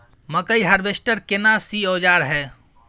मकई हारवेस्टर केना सी औजार हय?